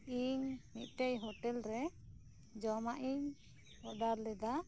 ᱤᱧ ᱢᱤᱫᱴᱮᱱ ᱦᱚᱴᱮᱞ ᱨᱮ ᱡᱚᱢᱟᱜ ᱤᱧ ᱚᱰᱟᱨᱞᱮᱫᱟ